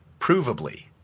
Provably